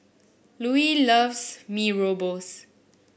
Luis loves Mee Rebus